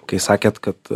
kai sakėt kad